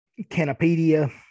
Canopedia